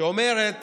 שאומרת